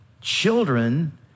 children